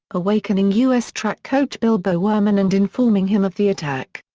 awakening u s. track coach bill bowerman and informing him of the attack.